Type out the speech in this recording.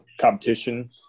competition